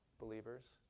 believers